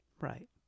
Right